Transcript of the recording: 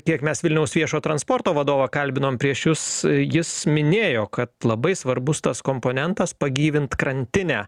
kiek mes vilniaus viešojo transporto vadovo kalbinome prieš jus jis minėjo kad labai svarbus tas komponentas pagyvint krantinę